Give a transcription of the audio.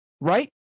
right